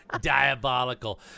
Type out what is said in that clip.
diabolical